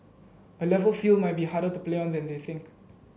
A Level field might be harder to play on than they think